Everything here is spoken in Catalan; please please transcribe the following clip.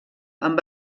amb